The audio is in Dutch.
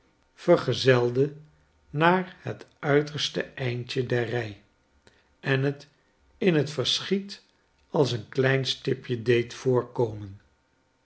naar het uiterste eindje der rij en het in het verschiet als een klein stipje deed voorkomen